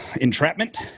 Entrapment